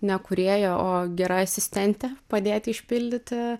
ne kūrėja o gera asistentė padėt išpildyti